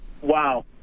wow